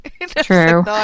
true